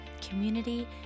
community